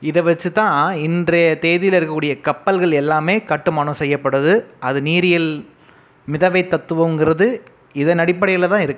இதை வச்சித்தான் இன்றைய தேதியில இருக்க கூடிய கப்பல்கள் எல்லாமே கட்டுமானம் செய்யபடுது அது நீரியல் மிதவை தத்துவங்கறது இதன் அடிப்படையிலதா இருக்கு